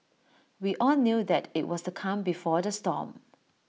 we all knew that IT was the calm before the storm